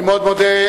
אני מאוד מודה.